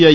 I